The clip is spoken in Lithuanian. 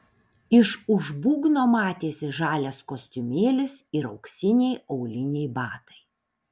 iš už būgno matėsi žalias kostiumėlis ir auksiniai auliniai batai